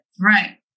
Right